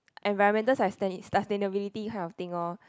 environmental sustain~ sustainability kind of thing orh